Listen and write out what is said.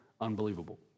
unbelievable